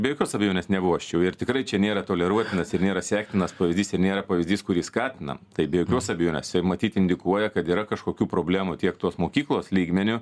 be jokios abejonės nevoščiau ir tikrai čia nėra toleruotinas ir nėra sektinas pavyzdys ir nėra pavyzdys kurį skatina tai be jokios abejonės tai matyt indikuoja kad yra kažkokių problemų tiek tos mokyklos lygmeniu